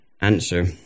answer